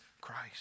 Christ